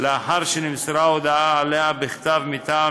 נמשכת לאחר מסירת הודעה עליה בכתב מטעם